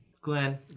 Glenn